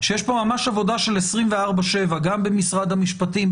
שיש פה ממש עבודה של 24/7 גם במשרד המשפטים,